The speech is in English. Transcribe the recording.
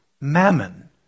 Mammon